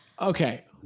Okay